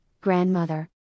grandmother